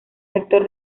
rector